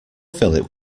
philip